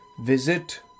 visit